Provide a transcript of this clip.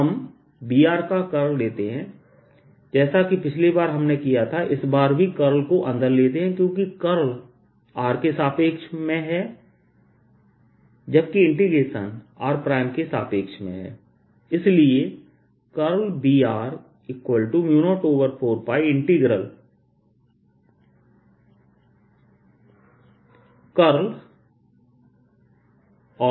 3dV अब हम Brका कर्ल लेते हैं जैसे कि पिछली बार हमने किया था इस बार भी कर्ल को अंदर लेते हैं क्योंकि कर्ल rके सापेक्ष है जबकि इंटीग्रेशन r के सापेक्ष में है इसलिए Br04πrjrr r